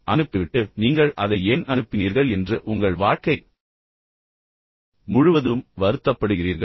நீங்கள் அதை அனுப்புகிறீர்கள் பின்னர் நீங்கள் அதை ஏன் அனுப்பினீர்கள் என்று உங்கள் வாழ்க்கை முழுவதும் வருத்தப்படுகிறீர்கள்